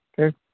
Okay